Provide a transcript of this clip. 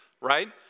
right